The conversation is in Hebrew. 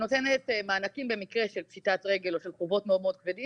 שנותנת מענקים במקרה של פשיטת רגל או של חובות מאוד כבדים.